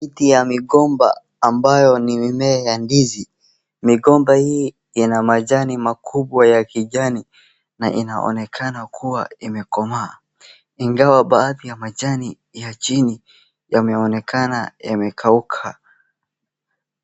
Miti ya migomba ambayo ni mimea ya ndizi. Migomba hii ina majani makubwa ya kijani na inaonekana kuwa imekomaa ingawa baadhi ya majani ya chini yanaonekana yamekauka.